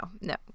no